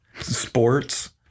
sports